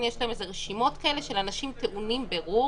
יש איזה רשימות כאלה של אנשים טעונים בירור,